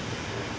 so